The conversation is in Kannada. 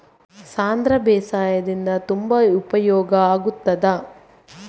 ಸಾಂಧ್ರ ಬೇಸಾಯದಿಂದ ತುಂಬಾ ಉಪಯೋಗ ಆಗುತ್ತದಾ?